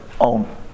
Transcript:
own